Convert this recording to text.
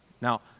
Now